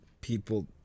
people